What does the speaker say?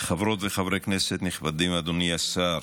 חברות וחברי כנסת נכבדים, אדוני השר,